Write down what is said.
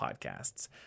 Podcasts